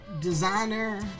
Designer